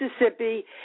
Mississippi